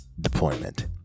deployment